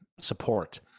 support